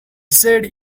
said